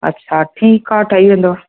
हा ठीकु आहे ठही वेंदव